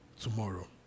tomorrow